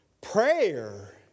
prayer